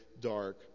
dark